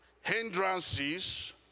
hindrances